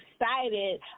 excited